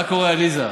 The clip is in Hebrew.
מה קורה, עליזה?